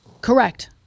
Correct